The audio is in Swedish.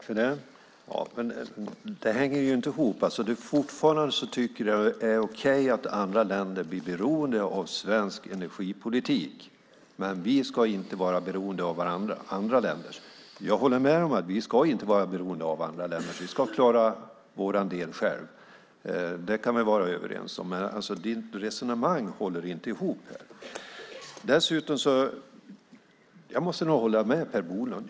Herr talman! Det hänger inte ihop. Fortfarande tycker du att det är okej att andra länder blir beroende av svensk energipolitik. Men vi ska inte vara beroende av andra länder. Jag håller med dig om att vi inte ska vara beroende av andra länder. Vi ska klara vår del själva. Det kan vi vara överens om. Men ditt resonemang håller inte ihop. Dessutom måste jag nog hålla med Per Bolund.